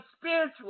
spiritual